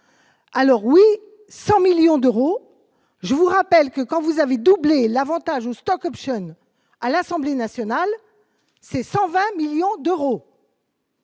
alors oui, 100 millions d'euros, je vous rappelle que, quand vous avez doublé l'Avantage aux stock-options à l'Assemblée nationale, ces 120 millions d'euros.